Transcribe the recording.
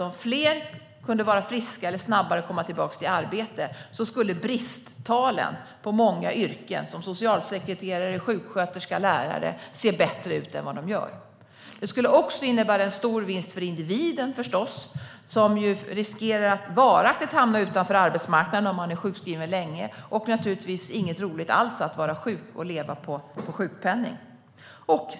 Om fler kunde vara friska eller komma tillbaka i arbete snabbare skulle bristtalen i många yrken - socialsekreterare, sjuksköterskor, lärare - se bättre ut. Det skulle förstås också innebära en stor vinst för individerna, som ju riskerar att varaktigt hamna utanför arbetsmarknaden om de är sjukskrivna länge. Och det är naturligtvis inte alls roligt att vara sjuk och leva på sjukpenning.